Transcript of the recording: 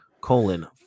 colon